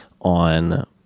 on